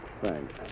Thanks